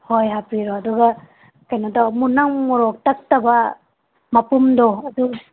ꯍꯣꯏ ꯍꯥꯞꯄꯤꯔꯣ ꯑꯗꯨꯒ ꯀꯩꯅꯣ ꯇꯧ ꯅꯪ ꯃꯣꯔꯣꯛ ꯇꯛꯇꯕ ꯃꯄꯨꯝꯗꯣ ꯑꯗꯨ